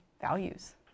values